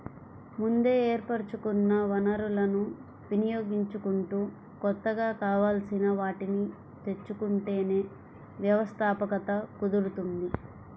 ముందే ఏర్పరచుకున్న వనరులను వినియోగించుకుంటూ కొత్తగా కావాల్సిన వాటిని తెచ్చుకుంటేనే వ్యవస్థాపకత కుదురుతుంది